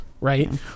right